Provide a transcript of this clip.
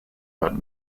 but